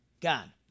gone